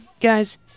guys